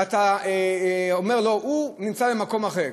והוא נמצא במקום אחר,